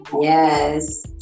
Yes